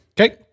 Okay